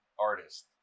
artist